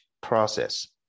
process